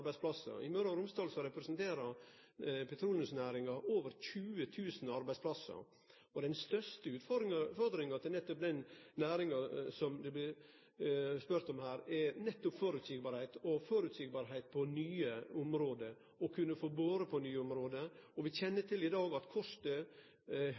arbeidsplassar. I Møre og Romsdal representerer petroleumsnæringa over 20 000 arbeidsplassar. Den største utfordringa nettopp for den næringa som det blei spurt om her, er nettopp framsyn, og framsyn på nye område, og at ein kan få bore på nye område. Vi kjenner